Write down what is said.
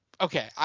okay